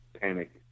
panic